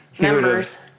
members